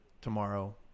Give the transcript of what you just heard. tomorrow